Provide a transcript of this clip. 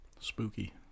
Spooky